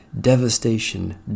Devastation